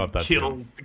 kill